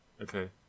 okay